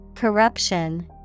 Corruption